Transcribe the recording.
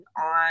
on